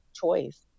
choice